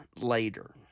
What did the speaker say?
later